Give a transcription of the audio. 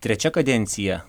trečia kadencija